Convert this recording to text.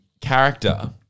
character